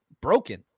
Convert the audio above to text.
broken